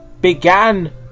began